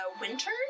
winter